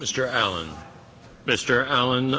mr allen mr allen